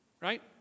Right